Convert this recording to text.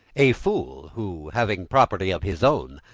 a fool who, having property of his own,